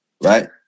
right